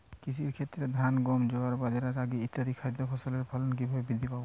কৃষির ক্ষেত্রে ধান গম জোয়ার বাজরা রাগি ইত্যাদি খাদ্য ফসলের ফলন কীভাবে বৃদ্ধি পাবে?